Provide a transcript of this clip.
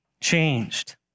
changed